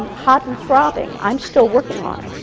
hot and throbbing, i'm still working on it.